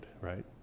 Right